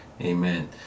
Amen